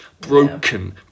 Broken